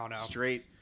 straight